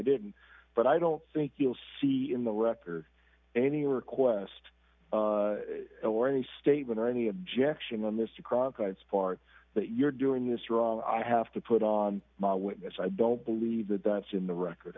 didn't but i don't think you'll see in the record any request or any statement or any objection on this to cronkite's part that you're doing this wrong i have to put on my witness i don't believe that that's in the record